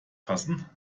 fassen